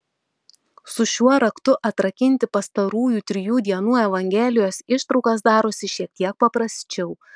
su šiuo raktu atrakinti pastarųjų trijų dienų evangelijos ištraukas darosi šiek tiek paprasčiau